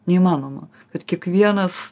neįmanoma vat kiekvienas